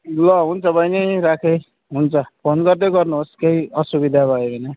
ल हुन्छ बहिनी राखेँ हुन्छ फोन गर्दै गर्नुहोस् केही असुबिधा भयो भने